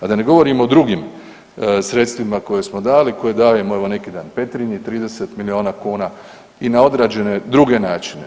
A da ne govorim o drugim sredstvima koje smo dali, koje dajemo, evo neki dan Petrinji 30 miliona kuna i na odrađene druge načine.